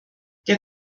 der